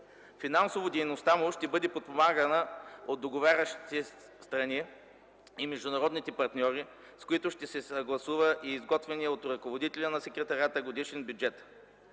Финансово дейността му ще бъде подпомагана от договарящите страни и международните партньори, с които ще се съгласува, и изготвеният от ръководителя на Секретариата годишен бюджет.